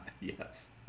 Yes